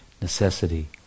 necessity